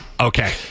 Okay